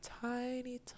tiny